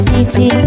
City